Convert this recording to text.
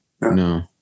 No